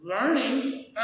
learning